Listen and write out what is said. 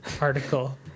article